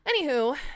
Anywho